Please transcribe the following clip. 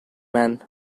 men